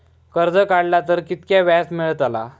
कर्ज काडला तर कीतक्या व्याज मेळतला?